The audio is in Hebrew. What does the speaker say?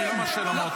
אני לא מרשה לעמוד פה.